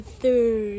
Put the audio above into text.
third